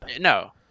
No